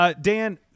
Dan